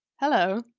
hello